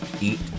eat